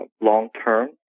long-term